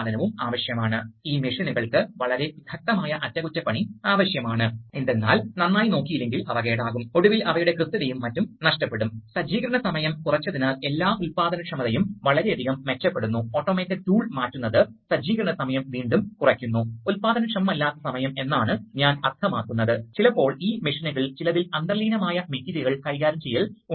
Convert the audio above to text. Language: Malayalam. ആരംഭിക്കാമെന്നും ആ മർദ്ദം മാറുമ്പോൾ ഒരു ടെർമിനൽ വീഴുമെന്നും മറ്റൊരു ടെർമിനലിലെ മർദ്ദം ഉയരുമെന്നും അത് ഒരു നിശ്ചിത തലത്തിലേക്ക് ഉയരുമ്പോൾ ഷിഫ്റ്റിംഗ് നിർത്തേണ്ടതായും നിങ്ങൾ കാണുന്നു